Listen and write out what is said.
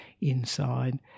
inside